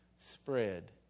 spread